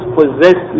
possess